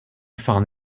fan